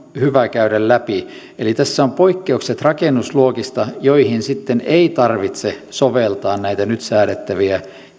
hyvä käydä läpi eli tässä on poikkeukset rakennusluokista joihin sitten ei tarvitse soveltaa näitä nyt säädettäviä